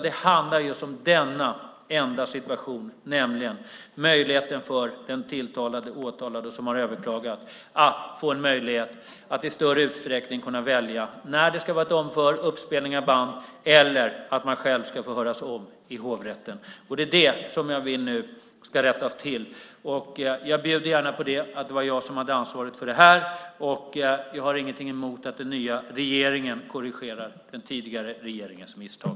Det handlar om denna enda situation, nämligen möjligheten för den tilltalade som har överklagat att få en möjlighet att i större utsträckning kunna välja om det ska vara omförhör, uppspelning av band eller om man själv ska få höras om i hovrätten. Det är det här jag vill ska rättas till. Jag bjuder gärna på att det var jag som hade ansvaret för det. Jag har inget emot att den nya regeringen korrigerar den tidigare regeringens misstag.